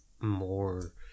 more